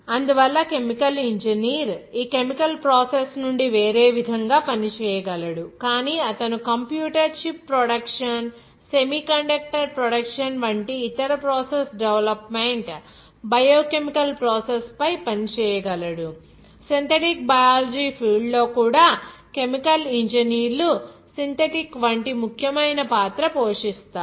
అందువల్ల chemical engineer ఈ chemical process నుండి వేరే విధంగా పని చేయగలడు కానీ అతను computer chip production semiconductor production వంటి ఇతర ప్రాసెస్ డెవలప్మెంట్ బయోకెమికల్ ప్రాసెసస్ పై పని చేయగలడు సింథటిక్ బయాలజీ ఫీల్డ్ లో కూడా కెమికల్ ఇంజనీర్లు సింథటిక్ వంటి ముఖ్యమైన పాత్ర పోషిస్తారు